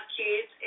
kids